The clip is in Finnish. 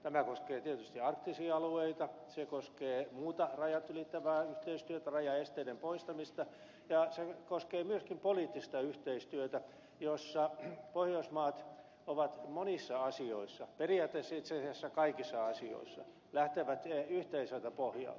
tämä koskee tietysti arktisia alueita se koskee muuta rajat ylittävää yhteistyötä rajaesteiden poistamista ja se koskee myöskin poliittista yhteistyötä jossa pohjoismaat monissa asioissa periaatteessa itse asiassa kaikissa asioissa lähtevät yhteiseltä pohjalta